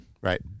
right